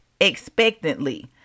expectantly